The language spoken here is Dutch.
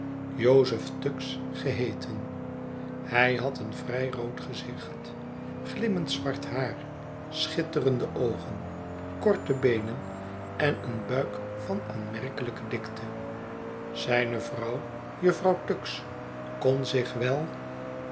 joseph tuggs geheeten hij had een vrij rood gezicht glimmend zwart haar schitterende oogen korte beenen en een buik van aanmerkelijke dikte zijne vrouw jufvrouw tuggs kon zich wel